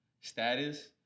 status